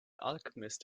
alchemist